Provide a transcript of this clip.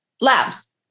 Labs